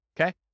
Okay